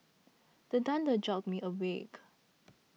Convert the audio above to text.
the thunder jolt me awake